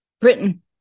Britain